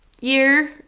year